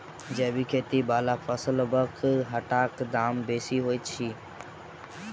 जैबिक खेती बला फसलसबक हाटक दाम बेसी होइत छी